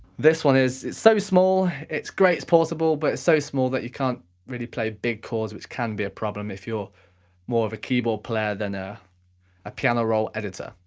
this one is, it's so small, it's great, it's portable, but it's so small that you can't really play big chords which can be a problem if you're more of a keyboard player than ah a piano roll editor.